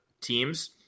teams